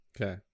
Okay